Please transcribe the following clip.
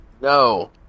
No